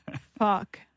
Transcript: Fuck